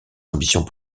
ambitions